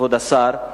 כבוד השר,